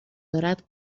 دارد